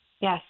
Yes